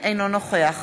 אינו נוכח